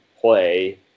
play